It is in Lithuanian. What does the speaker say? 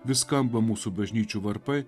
vis skamba mūsų bažnyčių varpai